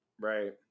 right